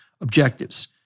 objectives